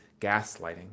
gaslighting